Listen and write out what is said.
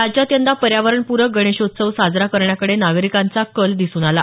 राज्यात यंदा पर्यावरणपूरक गणेशोत्सव साजरा करण्याकडे नागरिकांचा कल दिसून आला